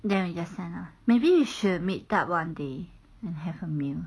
ya ya send lah maybe you should meet up one day and have a meal